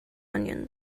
onions